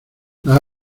las